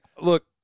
Look